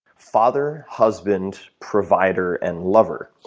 father, husband, provider and lover.